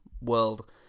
world